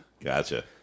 Gotcha